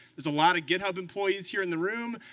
there's a lot of github employees here in the room.